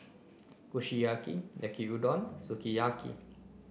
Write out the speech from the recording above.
Kushiyaki Yaki Udon Sukiyaki